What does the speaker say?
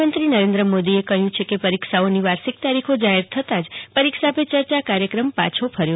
પ્રધાનમંત્રી નરેન્દ્ર મોદીએ કહ્યું છે કે પરીક્ષાઓની વાર્ષિક તારીખો જાહેર થતાં જ પરીક્ષા પે ચર્ચા કાર્યક્રમ પાછો ફર્યો છે